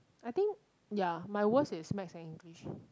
I think ya my worst is maths and english